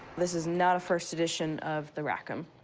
this is not a first edition of the rackham.